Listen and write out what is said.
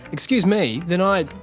excuse me, then i,